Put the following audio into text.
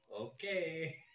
okay